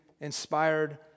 inspired